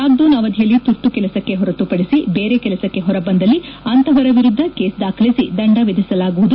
lockdown ಅವಧಿಯಲ್ಲಿ ತುರ್ತು ಕೆಲಸಕ್ಕೆ ಹೊರತುಪಡಿಸಿ ಬೇರೆ ಕೆಲಸಕ್ಕೆ ಹೊರಬಂದಲ್ಲಿ ಅಂಥವರ ವಿರುದ್ದ ಕೇಸ್ ದಾಖಲಿಸಿ ದಂಡ ವಿಧಿಸಲಾಗುವುದು